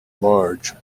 large